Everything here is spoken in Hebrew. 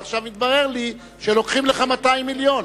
ועכשיו התברר לי שלוקחים לך 200 מיליון.